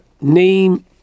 name